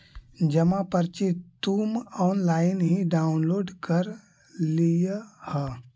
जमा पर्ची तुम ऑनलाइन ही डाउनलोड कर लियह